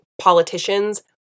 politicians